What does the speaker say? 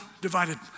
divided